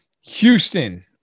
Houston